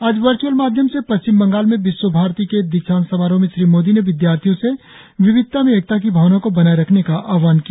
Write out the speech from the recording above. आज वर्च्अल माध्यम से पश्चिम बंगाल में विश्वभारती के दीक्षांत समारोह में श्री मोदी ने विद्यार्थियों से विविधता में एकता की भावना को बनाए रखने का आहवान किया